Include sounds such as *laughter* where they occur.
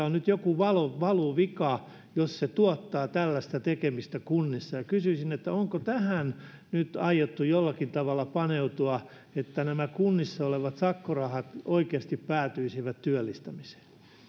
*unintelligible* on nyt joku valuvika valuvika jos se tuottaa tällaista tekemistä kunnissa kysyisin onko tähän nyt aiottu jollakin tavalla paneutua että nämä kunnissa olevat sakkorahat oikeasti päätyisivät työllistämiseen